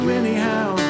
anyhow